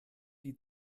die